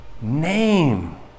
name